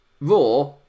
Raw